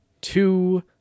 two